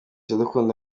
iradukunda